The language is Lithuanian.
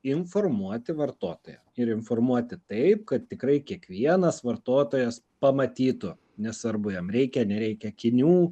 informuoti vartotoją ir informuoti taip kad tikrai kiekvienas vartotojas pamatytų nesvarbu jam reikia nereikia akinių